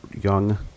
young